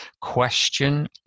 question